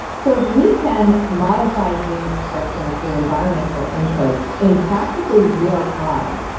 so if we can modify gene expression through environmental inputs in practically real time,